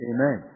Amen